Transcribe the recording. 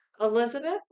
Elizabeth